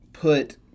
put